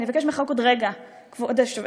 אני מבקשת ממך רק עוד רגע, כבוד היושבת-ראש.